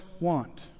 want